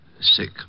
Sick